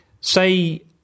Say